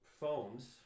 phones